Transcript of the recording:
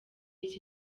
iki